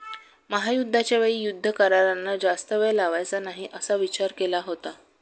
महायुद्धाच्या वेळी युद्ध करारांना जास्त वेळ लावायचा नाही असा विचार केला होता